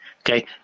Okay